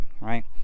right